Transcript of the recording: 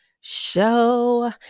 Show